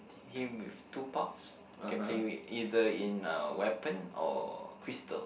him with two paths can play with either in uh weapon or crystal